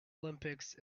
olympics